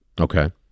Okay